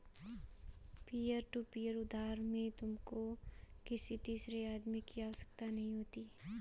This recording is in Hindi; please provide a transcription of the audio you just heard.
पीयर टू पीयर उधार में तुमको किसी तीसरे आदमी की आवश्यकता नहीं होती